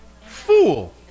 fool